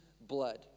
blood